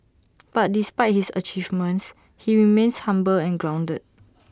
but despite his achievements he remains humble and grounded